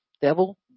Devil